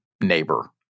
neighbor